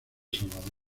salvador